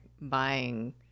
buying